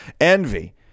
envy